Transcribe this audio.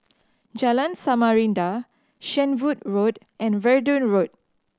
Jalan Samarinda Shenvood Road and Verdun Road